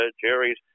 Jerry's